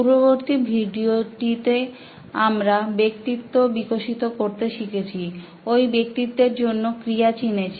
পূর্ববর্তী ভিডিও তে আমরা ব্যক্তিত্ব বিকশিত করতে শিখেছি ওই ব্যক্তিত্বের জন্য ক্রিয়া চিনেছি